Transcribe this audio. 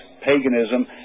paganism